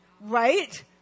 right